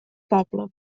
poble